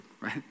right